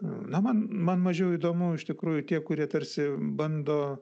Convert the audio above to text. na man man mažiau įdomu iš tikrųjų tie kurie tarsi bando